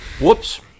whoops